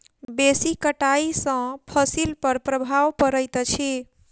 बेसी कटाई सॅ फसिल पर प्रभाव पड़ैत अछि